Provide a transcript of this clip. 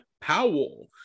Powell